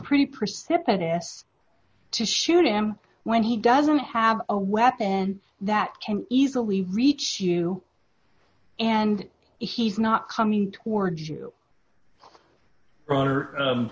pretty precipitous to shoot him when he doesn't have a weapon that can easily reach you and he's not coming towards you